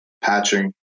patching